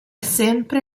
sempre